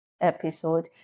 episode